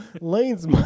Lane's